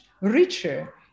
richer